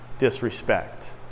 disrespect